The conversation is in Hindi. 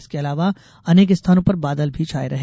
इसके अलावा अनेक स्थानों पर बादल भी छाए रहे